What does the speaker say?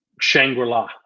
Shangri-La